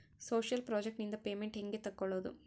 Social project ನಿಂದ payment ಹೆಂಗೆ ತಕ್ಕೊಳ್ಳದು?